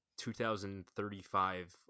2035